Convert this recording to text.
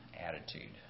attitude